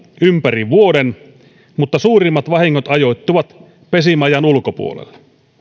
ympäri vuoden mutta suurimmat vahingot ajoittuvat pesimäajan ulkopuolelle